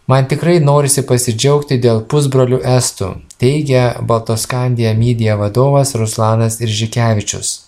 man tikrai norisi pasidžiaugti dėl pusbrolių estų teigia baltoskandija mydija vadovas ruslanas iržikevičius